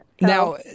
Now